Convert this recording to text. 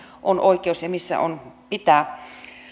on oikeus ja missä on oikeus pitää